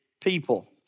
people